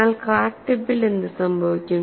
എന്നാൽ ക്രാക്ക് ടിപ്പിൽ എന്ത് സംഭവിക്കും